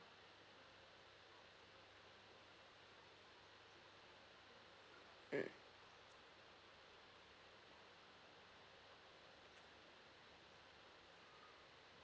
mm